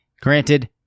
Granted